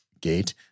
Gate